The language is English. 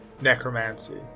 necromancy